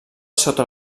sota